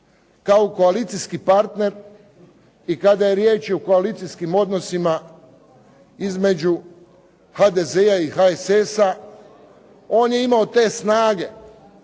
kao koalicijski partner i kada je riječ o koalicijskim odnosima između HDZ-a i HSS-a, on je imao te snage